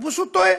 הוא פשוט טועה.